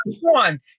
one